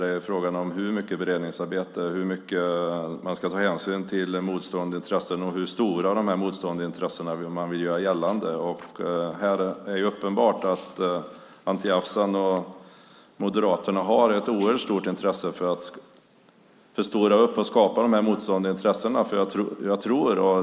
Det är fråga om hur mycket beredningsarbete man ska lägga ned, hur mycket man ska ta hänsyn till motstående intressen och hur stora de här motstående intressena är. Det är uppenbart att Anti Avsan och Moderaterna har ett oerhört stort intresse av att förstora upp och skapa de här motstående intressena.